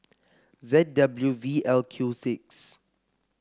Z W V L Q six